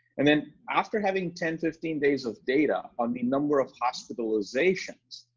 and then after having ten fifteen days of data on the number of hospitalizations.